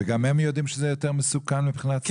וגם הם יודעים שזה יותר מסוכן מבחינת שריפות?